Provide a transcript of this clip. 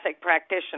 Practitioner